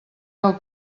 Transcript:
del